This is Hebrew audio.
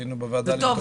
היינו בוועדה --- זה טוב,